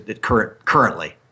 currently